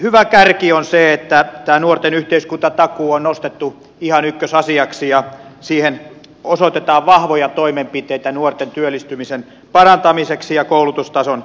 hyvä kärki on se että tämä nuorten yhteiskuntatakuu on nostettu ihan ykkösasiaksi ja siihen osoitetaan vahvoja toimenpiteitä nuorten työllistymisen parantamiseksi ja koulutustason nostamiseksi